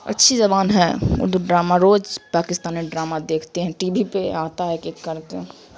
اچھی زبان ہے اردو ڈرامہ روج پاکستانی ڈرامہ دیکھتے ہیں ٹی وی پہ آتا ہے ایک ایک کر کے